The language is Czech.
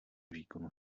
výkonu